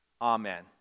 amen